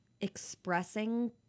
expressing